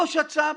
לא שצ"פ